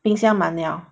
冰箱满了